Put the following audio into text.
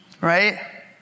right